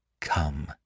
come